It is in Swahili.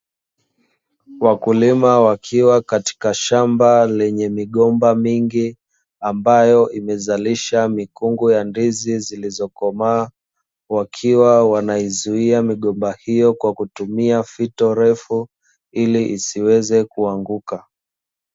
Wakulima wakiwa katika shamba lenye migomba mingi ambayo imezalisha mikungu ya ndizi zilizokomaa wakiwa wanaizuia migomba hiyo kwa kutumia fito ndefu ili isiweze kuanguka.